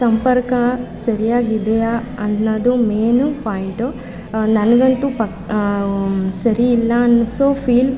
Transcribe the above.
ಸಂಪರ್ಕ ಸರಿಯಾಗಿ ಇದೆಯಾ ಅನ್ನೋದು ಮೇನ್ ಪಾಯಿಂಟು ನನ್ಗಂತೂ ಪ ಸರಿಯಿಲ್ಲ ಅನ್ನಿಸೋ ಫೀಲ್